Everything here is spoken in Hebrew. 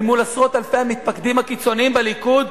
מול עשרות המתפקדים הקיצוניים בליכוד,